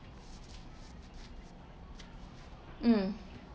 mm